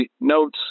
notes